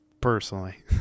personally